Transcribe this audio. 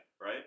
right